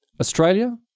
Australia